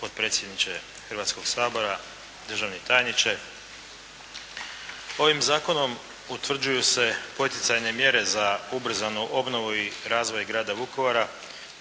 Potpredsjedniče Hrvatskog sabora, državni tajniče ovim zakonom utvrđuju se poticajne mjere za ubrzanu obnovu i razvoj grada Vukovara